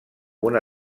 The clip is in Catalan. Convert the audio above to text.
una